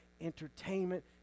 entertainment